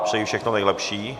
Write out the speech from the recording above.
Přeji všechno nejlepší.